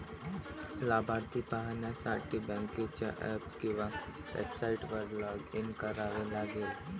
लाभार्थी पाहण्यासाठी बँकेच्या ऍप किंवा वेबसाइटवर लॉग इन करावे लागेल